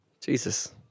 Jesus